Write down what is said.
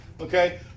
Okay